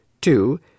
Two